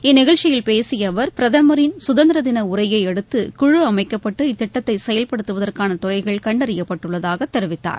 இந்நிகழ்ச்சியில் பேசிய அவர் பிரதமரின் சுதந்திர தின உரையை அடுத்து குழு அமைக்கப்பட்டு இத்திட்டத்தை செயல்படுத்துவதற்கான துறைகள் கண்டறியப்பட்டுள்ளதாக தெரிவித்தார்